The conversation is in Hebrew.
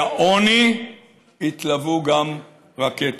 אל העוני התלוו גם רקטות.